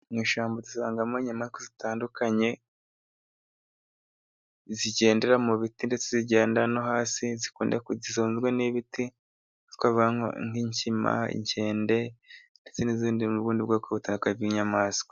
Mu ishyamba dusangamo inyamaswa zitandukanye, zigendera mu biti ndetse zigenda no hasi, zituzwe n'ibiti, twavugamo nk'inkima, inkende, n'izindi zo mu bwoko butandukanye bw'inyamaswa.